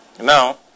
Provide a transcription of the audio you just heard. Now